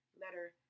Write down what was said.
letter